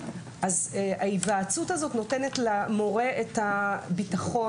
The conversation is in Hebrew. אז ההיוועצות הזאת נותנת למורה את הביטחון.